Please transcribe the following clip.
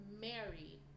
married